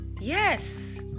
Yes